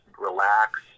relax